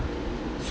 mm